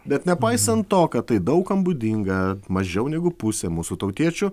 bet nepaisant to kad tai daug kam būdinga mažiau negu pusė mūsų tautiečių